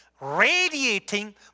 radiating